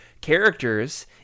characters